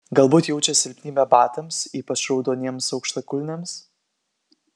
galbūt jaučia silpnybę batams ypač raudoniems aukštakulniams